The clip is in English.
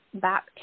back